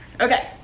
Okay